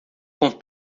com